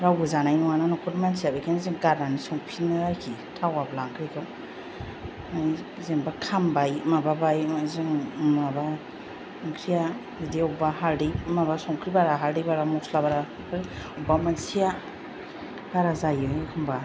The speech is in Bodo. रावबो जानाय नङाना न'खरनि मानसिआ बेखायनो जों गारनानै संफिनो आरोखि थावाब्ला ओंख्रिखौ ओइ जेन'बा खामबाय माबाबाय जों माबा ओंख्रिया जुदि अबेबा हालदै माबा संख्रि बारा हालदै बारा मस्ला बारा बेफोर अबेबा मोनसेआ बारा जायो एखमब्ला